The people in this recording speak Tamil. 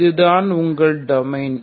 இதுதான் உங்கள் டொமைன்